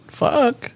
fuck